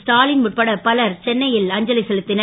ஸ்டாலின் உட்பட பலர் சென்னை ல் அஞ்சலி செலுத் னர்